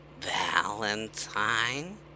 Valentine